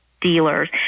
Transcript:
dealers